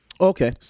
Okay